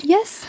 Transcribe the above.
Yes